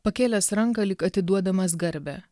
pakėlęs ranką lyg atiduodamas garbę